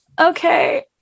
okay